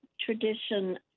tradition